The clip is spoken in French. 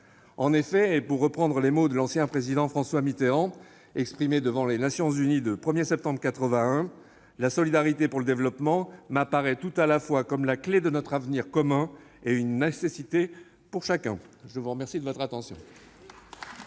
En effet, et pour reprendre les mots de l'ancien président François Mitterrand, exprimés devant les Nations unies le 1 septembre 1981 :« La solidarité pour le développement [...] m'apparaît tout à la fois comme la clé de notre avenir commun et une nécessité pour chacun. » La parole est à M.